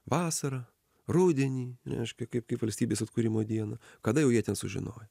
vasarą rudenį reiškia kaip kaip valstybės atkūrimo dieną kada jau jie ten sužinojo